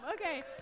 Okay